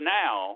now